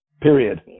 Period